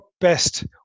best